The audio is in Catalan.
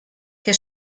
que